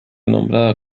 nombrado